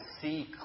see